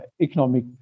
economic